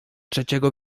trzeciego